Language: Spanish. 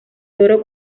toro